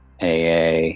AA